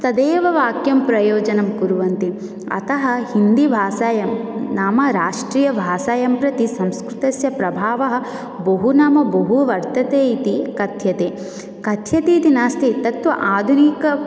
तदेव वाक्यं प्रयोजनं कुर्वन्ति अतः हिन्दीभाषायं नाम राष्ट्रीयभाषायं प्रति संस्कृतस्य प्रभावः बहु नाम बहु वर्तते इति कथ्यते कथ्यते इति नास्ति तत्तु आधुनिक